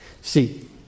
See